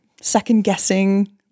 second-guessing